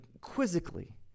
quizzically